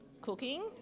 cooking